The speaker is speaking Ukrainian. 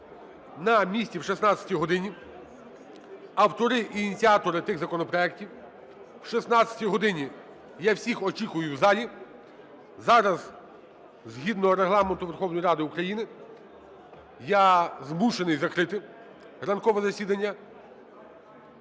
на місці о 16 годині, автори й ініціатори тих законопроектів. О 16 годині я всіх очікую в залі. Зараз згідно Регламенту Верховної Ради України я змушений закрити ранкове засідання.